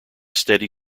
steady